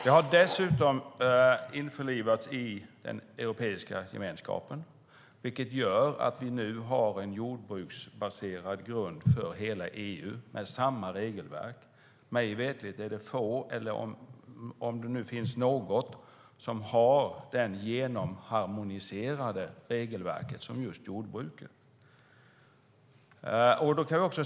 Det har dessutom införlivats i den europeiska gemenskapen, vilket gör att vi nu har en jordbruksbaserad grund för hela EU med samma regelverk. Mig veterligt är det få sektorer, om ens någon, som har ett sådant genomharmoniserat regelverk som just jordbruket.